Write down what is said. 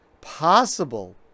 possible